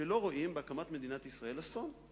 שלא רואים בהקמת מדינת ישראל אסון.